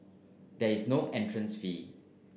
there is no entrance fee